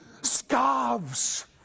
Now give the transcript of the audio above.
scarves